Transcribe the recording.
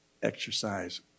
exercise